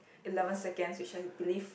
eleven seconds which I believe